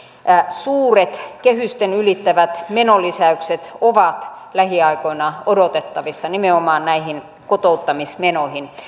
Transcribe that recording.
suuret kehykset ylittävät menolisäykset ovat lähiaikoina odotettavissa nimenomaan näihin kotouttamismenoihin